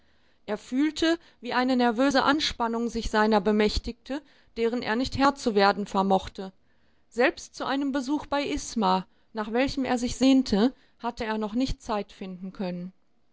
er fühlte wie eine nervöse abspannung sich seiner bemächtigte deren er nicht herr zu werden vermochte selbst zu einem besuch bei isma nach welchem er sich sehnte hatte er noch nicht zeit finden können